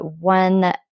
one